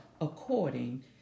according